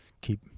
keep